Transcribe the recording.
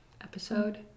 episode